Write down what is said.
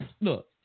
look